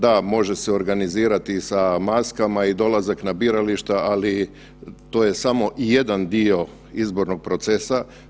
Da može se organizirati sa maskama i dolazak na birališta, ali to je samo jedan dio izbornog procesa.